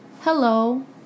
hello